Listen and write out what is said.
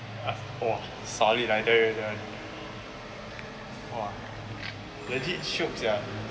ah !wah! solid ah I tell you that one !wah! legit shiok sia